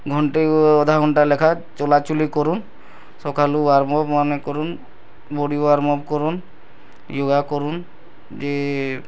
ଘଣ୍ଟେ ଅଧଘଣ୍ଟେ ଲେଖା ଚଲାଚୁଲି କରୁନ୍ ସକାଲୁ ୱାର୍ମଅପ୍ ମାନେ କରୁନ୍ ବଡ଼ି ୱାର୍ମଅପ୍ କରୁନ୍ ୟୋଗା କରୁନ୍ ଯେ